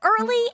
early